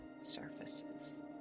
surfaces